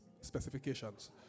specifications